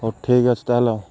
ହଉ ଠିକ୍ ଅଛି ତା'ହେଲେ